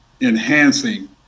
enhancing